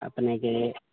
अपनेँके